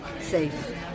safe